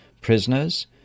prisoners